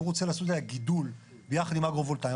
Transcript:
והוא רוצה לעשות עליה גידול ביחד עם אגרו-וולטאי,